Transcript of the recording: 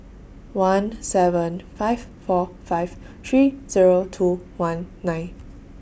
one seven five four five three Zero two one nine